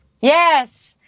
Yes